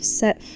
set